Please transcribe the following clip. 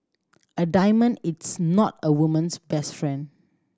a diamond it's not a woman's best friend